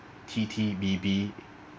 T T B B